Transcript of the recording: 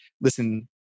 listen